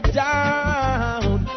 down